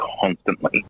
constantly